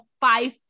five